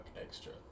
extra